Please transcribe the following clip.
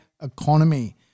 economy